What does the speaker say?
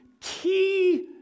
key